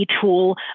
tool